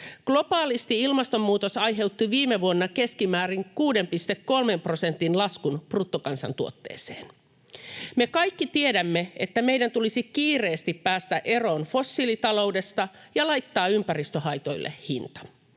Globaalisti ilmastonmuutos aiheutti viime vuonna keskimäärin 6,3 prosentin laskun bruttokansantuotteeseen. Me kaikki tiedämme, että meidän tulisi kiireesti päästä eroon fossiilitaloudesta ja laittaa ympäristöhaitoille hinta.